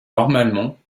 normalement